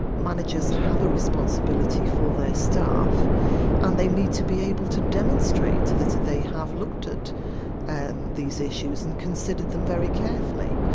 managers have a responsibility for their staff and they need to be able to demonstrate that they have looked at and these issues and considered them very carefully.